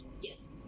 Yes